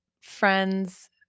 friends